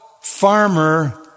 farmer